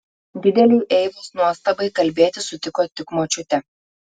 didelei eivos nuostabai kalbėti sutiko tik močiutė